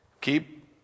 Keep